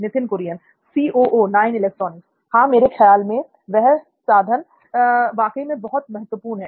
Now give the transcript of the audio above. नित्थिन कुरियन हां मेरे ख्याल में यह साधन वाकई में बहुत महत्वपूर्ण है